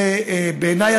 בעיניי,